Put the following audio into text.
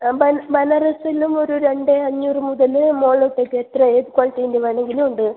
ആ ബെൻ ബനാറസിലും ഒരു രണ്ട് അഞ്ഞൂറ് മുതൽ മോളിലോട്ടേക്ക് എത്ര ഏത് ക്വാളിറ്റീൻ്റെ വേണമെങ്കിലും ഉണ്ട്